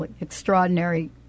extraordinary